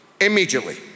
immediately